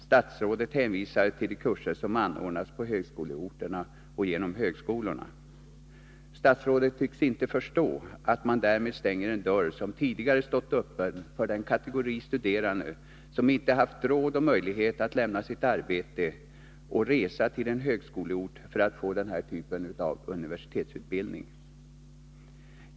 Statsrådet hänvisar till kurser som anordnas på högskoleorterna och genom högskolorna. Statsrådet tycks inte förstå att man därmed stänger en dörr som tidigare stått öppen för den kategori studerande som inte haft råd och möjlighet att lämna sitt arbete och resa till en högskoleort för att få denna typ av universitetsutbildning.